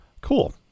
Cool